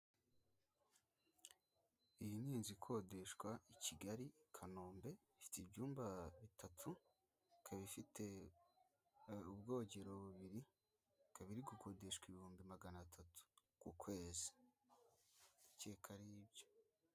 Iyi n ni inzu ikodeshwa i kigali i kanombe ifite ibyumba bitatu ikaba ifite ubwogero bubiri ikaba uri gukodeshwa ibihumbi magana atatu ku kwezi ndacyeka aribyo .